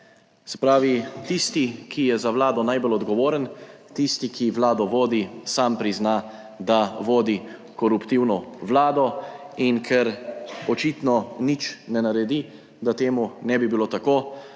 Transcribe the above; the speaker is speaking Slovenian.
Se pravi, tisti, ki je za Vlado najbolj odgovoren, tisti, ki Vlado vodi, sam prizna, da vodi koruptivno Vlado. In ker očitno nič ne naredi, da temu ne bi bilo tako,